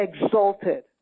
exalted